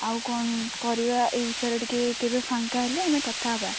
ଆଉ କ'ଣ କରିବା ଏହି ବିଷୟରେ ଟିକେ କେବେ ଫାଙ୍କା ହେଲେ ଆମେ କଥା ହେବା